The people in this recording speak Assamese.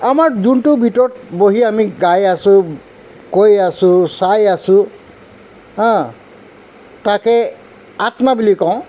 আমাৰ যোনটো ভিতৰত বহি আমি গাই আছোঁ কৈ আছোঁ চাই আছোঁ হাঁ তাকে আত্মা বুলি কওঁ